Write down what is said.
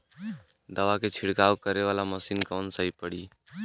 दवा के छिड़काव करे वाला मशीन कवन सही पड़ी?